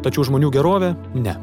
tačiau žmonių gerovė ne